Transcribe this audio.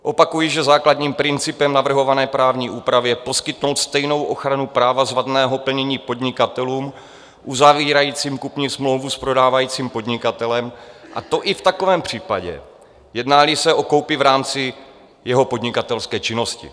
Opakuji, že základním principem navrhované právní úpravy je poskytnout stejnou ochranu práva z vadného plnění podnikatelům uzavírajícím kupní smlouvu s prodávajícím podnikatelem, a to i v takovém případě, jednáli se o koupi v rámci jeho podnikatelské činnosti.